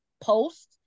post